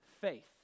faith